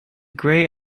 grey